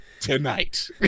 tonight